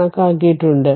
കണക്കാക്കിയിട്ടുണ്ട്